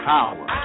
Power